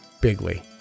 bigley